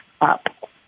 up